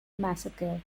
massacre